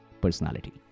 personality